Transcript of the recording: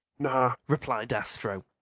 nah! replied astro.